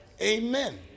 Amen